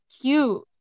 cute